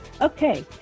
Okay